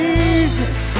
Jesus